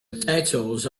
potatoes